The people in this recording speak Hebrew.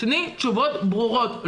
תני תשובות ברורות,